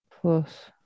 plus